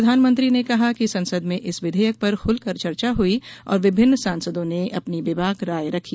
प्रधानमंत्री ने कहा कि संसद में इस विधेयक पर खुल कर चर्चा हुई और विभिन्नं सांसदों ने अपनी बेबाक राय रखी